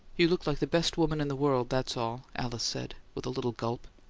you look like the best woman in the world that's all! alice said, with a little gulp.